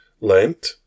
Lent